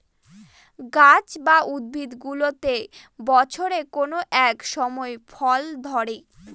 গাছ বা উদ্ভিদগুলোতে বছরের কোনো এক সময় ফল ধরে